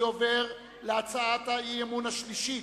אני עובר להצעת האי-אמון השלישית,